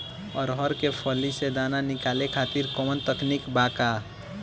अरहर के फली से दाना निकाले खातिर कवन तकनीक बा का?